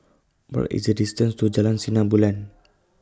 What IS The distance to Jalan Sinar Bulan